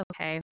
okay